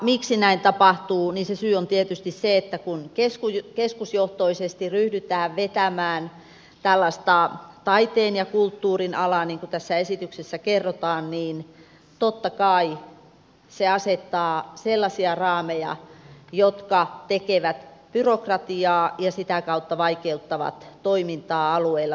miksi näin tapahtuu niin se syy on tietysti se että kun keskusjohtoisesti ryhdytään vetämään tällaista taiteen ja kulttuurin alaa niin kuin tässä esityksessä kerrotaan niin totta kai se asettaa sellaisia raameja jotka tekevät byrokratiaa ja sitä kautta vaikeuttavat toimintaa alueilla